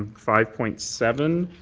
five point seven.